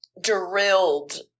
drilled